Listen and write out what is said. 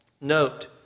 Note